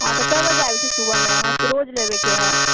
हँ तऽ कए बजे आबै छै सुबहमे हमरासभके रोज लेबयके हए